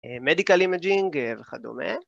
מדיקל אימג'ינג וכדומה.